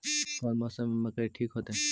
कौन मौसम में मकई ठिक होतइ?